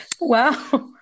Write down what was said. Wow